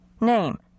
name